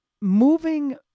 moving